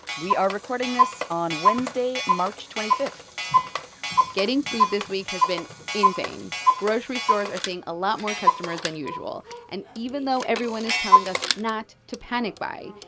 we are recording this on wednesday, march twenty five point getting food this week has been insane. grocery stores are seeing a lot more customers than usual. and even though everyone is telling us not to panic buy,